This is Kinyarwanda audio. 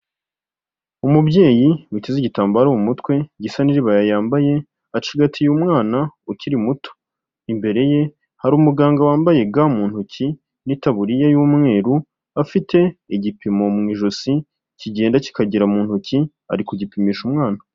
Umubyeyi witeze igitambaro umutwe gisa n'iribaya yambaye acigatiye umwana ukiri muto, imbere ye hari umuganga wambaye ga mu ntoki n'itaburiya y'umweru afite igipimo mu ijosi kigenda kikagera mu ntoki ari kugipimisha umwana.